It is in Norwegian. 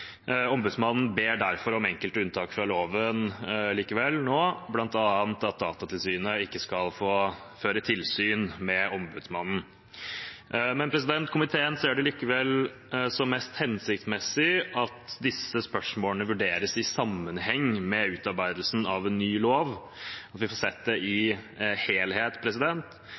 Ombudsmannen ber derfor likevel om enkelte unntak fra loven nå, bl.a. at Datatilsynet ikke skal få føre tilsyn med ombudsmannen. Komiteen ser det likevel som mest hensiktsmessig at disse spørsmålene vurderes i sammenheng med utarbeidelsen av en ny lov, og at vi får sett det i helhet.